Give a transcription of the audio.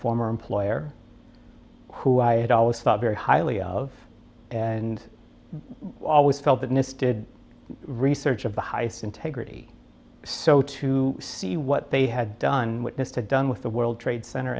former employer who i had always thought very highly of and always felt that misted research of the highest integrity so to see what they had done witness to done with the world trade cent